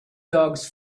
dogs